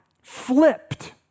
flipped